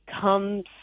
comes